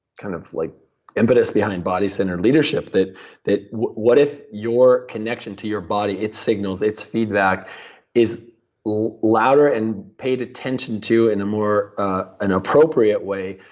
kind of like impetus behind body centered leadership, that that what what if your connection to your body, its signals, its feedback is louder and paid attention to and in ah an appropriate way,